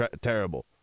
terrible